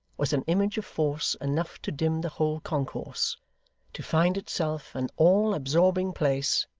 was an image of force enough to dim the whole concourse to find itself an all-absorbing place,